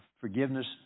forgiveness